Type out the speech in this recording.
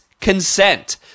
consent